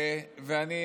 ואני,